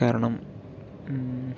കാരണം